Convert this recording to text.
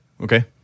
okay